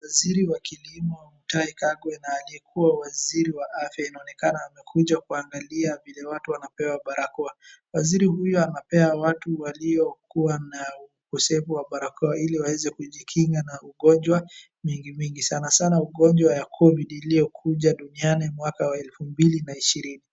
Waziri wa kilimo, Mutahi Kagwe na aliyekuwa waziri wa afya , inaonekana amekuja kuangalia vile watu wanapewa barakoa. Waziri huyo anapea watu waliokuwa na ukosefu wa barakoa ili waeze kujikinga na ugonjwa mingimingi, sana sana ugonjwa ya Covid iliyokuja duniani mwaka wa elfu mbili ishirini.